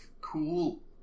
cool